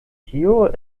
tio